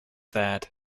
that